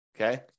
Okay